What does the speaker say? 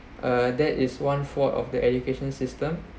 uh that is one four of the education system